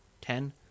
ten